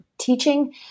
teaching